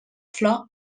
flor